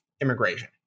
immigration